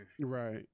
Right